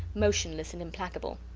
motionless and implacable.